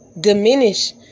diminish